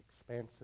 expansive